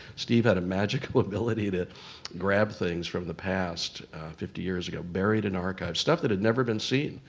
steve had a magical ability to grab things from the past fifty years ago, buried in archive, stuff that had never been seen,